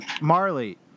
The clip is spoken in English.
Marley